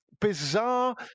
bizarre